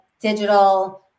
digital